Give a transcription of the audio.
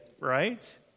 right